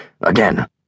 Again